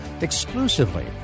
exclusively